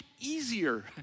easier